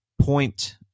point